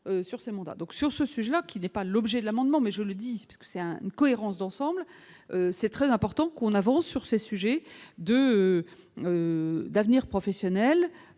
sur ce mandats donc sur ce sujet-là, qui n'est pas l'objet de l'amendement, mais je le dis parce que c'est un une cohérence d'ensemble, c'est très important qu'on avance sur ces sujets de d'avenir professionnel